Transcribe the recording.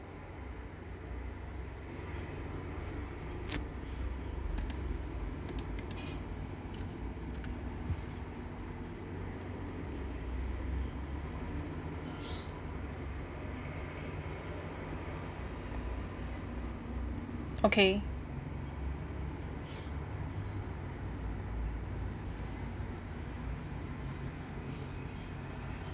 okay